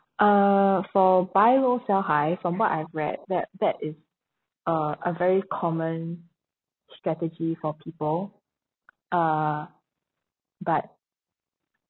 uh for buy low sell high from what I've read that that is a a very common strategy for people uh but